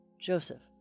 Joseph